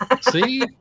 see